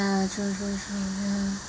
ya true true true ya